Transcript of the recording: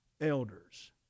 elders